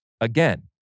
again